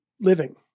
living